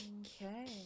okay